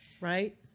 Right